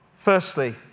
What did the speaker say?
Firstly